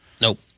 Nope